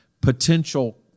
potential